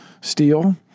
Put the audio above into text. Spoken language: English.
steel